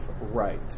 right